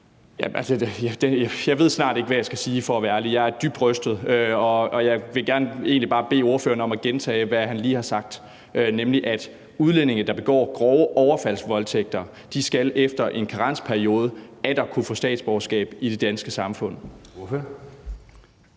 jeg ved snart ikke, hvad jeg skal sige for at være ærlig. Jeg er dybt rystet, og jeg vil egentlig gerne bare bede ordføreren om at gentage, hvad han lige har sagt, nemlig at udlændinge, der begår grove overfaldsvoldtægter, efter en karensperiode atter skal kunne få statsborgerskab i det danske samfund.